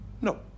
No